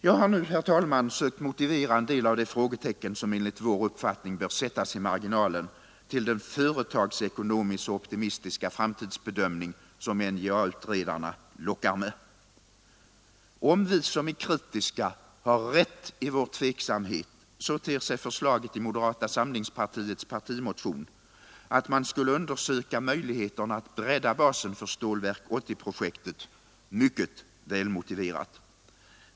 Jag har nu, herr talman, sökt motivera en del av de frågetecken som enligt vår uppfattning bör sättas i marginalen till den företagsekonomiskt så optimistiska framtidsbedömning som NJA-utredarna lockar med. Om vi som är kritiska har rätt i vår tveksamhet, så ter sig förslaget i moderata samlingspartiets partimotion att man skulle undersöka möjligheterna att bredda basen för Stålverk 80-projektet mycket välmotiverat.